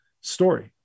story